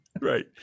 Right